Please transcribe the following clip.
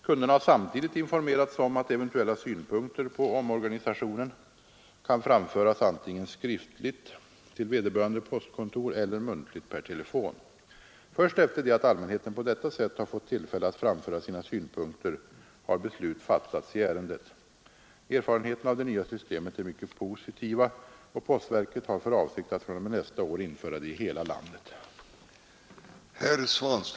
Kunderna har samtidigt informerats om att eventuella synpunkter på omorganisationen kan framföras antingen skriftligt till vederbörande postkontor eller muntligt per telefon. Först efter det att allmänheten på detta sätt har fått tillfälle att framföra sina synpunkter har beslut fattats i ärendet. Erfarenheterna av det nya systemet är mycket positiva, och postverkat har för avsikt att fr.o.m. nästa år införa det i hela landet.